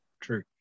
true